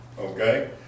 Okay